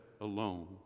alone